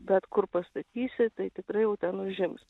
bet kur pastatysi tai tikrai jau ten užims